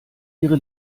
ihre